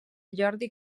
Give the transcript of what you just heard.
jordi